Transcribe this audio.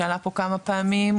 שעלה פה כמה פעמים,